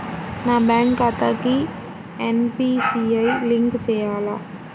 నా బ్యాంక్ ఖాతాకి NPCI link చేయాలా?